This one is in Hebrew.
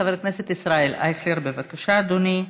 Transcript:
חבר הכנסת ישראל אייכלר, בבקשה, אדוני.